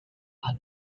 are